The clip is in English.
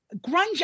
grunge